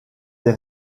des